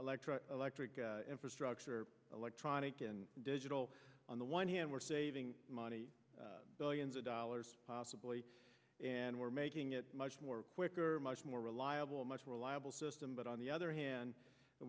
alectryon electric infrastructure electronic and digital on the one hand we're saving money billions of dollars possibly and we're making it much more quicker much more reliable much reliable system but on the other hand